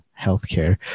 healthcare